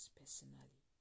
personally